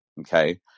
Okay